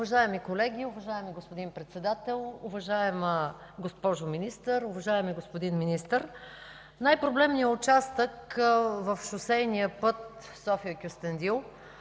Уважаеми колеги, уважаеми господин Председател, уважаема госпожо Министър, уважаеми господин Министър! Най-проблемният участък в шосейния път София – Кюстендил